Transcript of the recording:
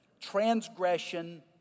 transgression